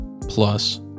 plus